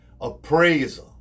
appraiser